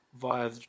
via